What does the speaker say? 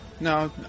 No